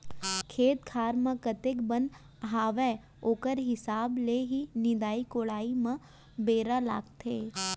खेत खार म कतेक बन हावय ओकर हिसाब ले ही निंदाई कोड़ाई म बेरा लागथे